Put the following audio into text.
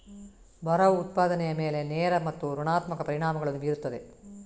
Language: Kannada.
ಬರವು ಉತ್ಪಾದನೆಯ ಮೇಲೆ ನೇರ ಮತ್ತು ಋಣಾತ್ಮಕ ಪರಿಣಾಮಗಳನ್ನು ಬೀರುತ್ತದೆ